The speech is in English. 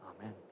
Amen